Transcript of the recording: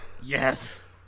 yes